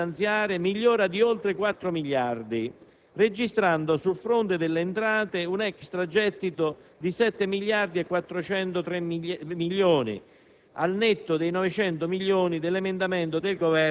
In questo provvedimento, il saldo netto da finanziare migliora di oltre 4 miliardi, registrando sul fronte delle entrate un extragettito di 7 miliardi e 403 milioni,